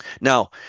now